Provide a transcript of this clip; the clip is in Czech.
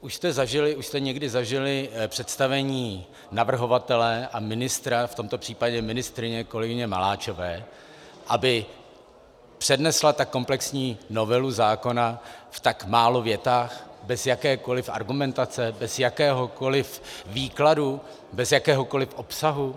Už jste někdy zažili představení navrhovatele a ministra, v tomto případě ministryně kolegyně Maláčové, aby přednesla tak komplexní novelu zákona v tak málo větách, bez jakékoliv argumentace, bez jakéhokoliv výkladu, bez jakéhokoliv obsahu?